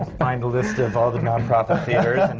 find a list of all the non-profit theatres and